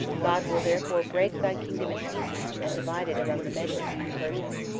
god will therefore break thy kingdom in pieces, and divide it among the medes and persians.